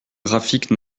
graphique